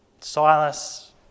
Silas